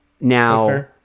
now